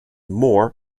more